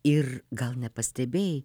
ir gal nepastebėjai